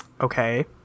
Okay